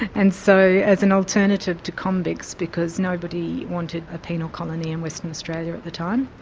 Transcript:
and so as an alternative to convicts, because nobody wanted a penal colony in western australia at the time,